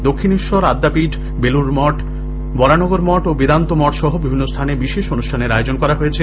দক্ষিণেশ্বর আদ্যাপীঠ বেলুডমঠ বরানগর মঠ ও বেদান্ত মঠ সহ বিভিল্ল স্হানে বিশেষ অনুষ্ঠানের আয়োজন করা হয়েছে